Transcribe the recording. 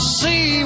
see